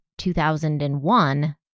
2001